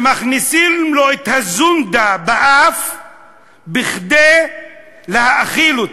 ומכניסים לו את הזונדה לאף כדי להאכיל אותו,